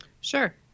Sure